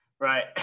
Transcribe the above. Right